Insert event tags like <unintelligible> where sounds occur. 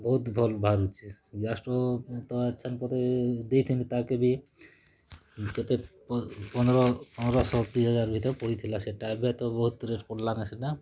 ବହୁତ୍ ଭଲ୍ ବାହାରୁଛେ ଗ୍ୟାସ୍ ଷ୍ଟୋବ୍ ତ <unintelligible> ଦେଇଥିଲି ତାହାକେ ବି କେତେ ପନ୍ଦରଶହ ଦୁଇ ହଜାର୍ ଭିତ୍ରେ ପଡ଼ିଥିଲା ସେଟା ଏବେ ତ ବହୁତ୍ ରେଟ୍ ପଡ଼୍ଲାନ ସେଟା